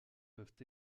peuvent